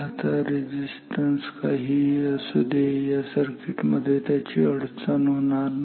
आता रेझिस्टन्स काहीही असू दे या सर्किट मध्ये त्याची अडचण होणार नाही